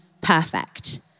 perfect